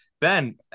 Ben